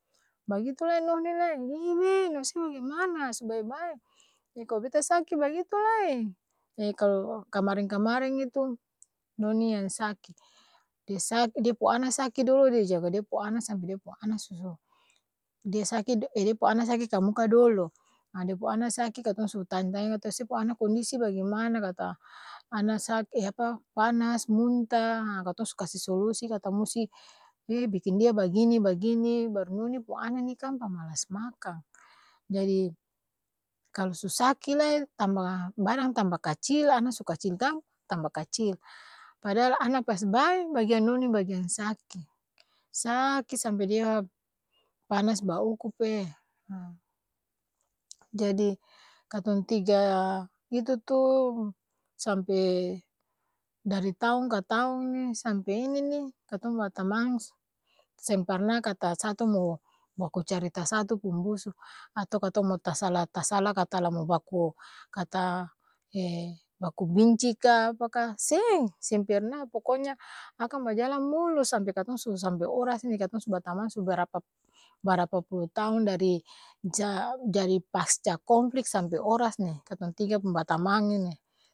Bagitu lai noni lai hi win ose bagemana? Su bae-bae? Itu kalo beta saki bagitu la kalo kamareng-kamareng itu noni yang saki dia sa dia pung ana saki dolo dia jaga dia pung ana sampe dia pung ana su su dia saki do dia pung ana saki kamuka dolo ha dia pung ana saki katong su tanya-tanya kata se pung ana kondisi bagemana kata ana s panas, munta, ha katong su kase solusi kata musti he biking dia bagini-bagini baru noni pung ana ni kan pamalas makang jadi, kalo su saki lai badang tamba kacil ana su kacil gampang tamba kacil padahal ana pas bae bagean noni bagian saki saki sampe dia panas ba ukup jadi katong tiga itu tu sampe dari taong ka taong ni sampe in ni katong batamang seng parna kata satu mo baku carita satu pung busu ato katong mo tasala-tasala kata la mau baku kat baku binci ka apa ka seng! Seng perna akang bajalang mulus sampe katong su sampe oras ni katong su batamang su berapa barapa-pulu taong dari ja dari paca konflik sampe oras ni katong tiga pung batamang ini.